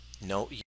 no